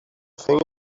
thing